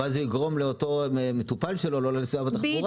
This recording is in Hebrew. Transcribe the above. ואז זה יגרום לאותו מטופל שלו לא לנסוע בתחבורה.